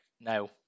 no